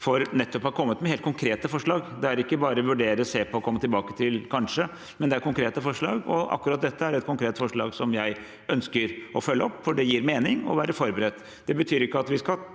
nettopp å ha kommet med helt konkrete forslag; det er ikke bare vurdere, se på, komme tilbake til, kanskje – det er konkrete forslag. Akkurat dette er et konkret forslag som jeg ønsker å følge opp, for det gir mening å være forberedt.